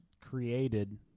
created